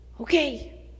Okay